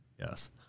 yes